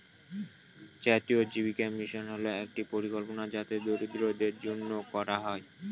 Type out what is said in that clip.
জাতীয় জীবিকা মিশন হল একটি পরিকল্পনা যা দরিদ্রদের জন্য করা হয়